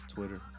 Twitter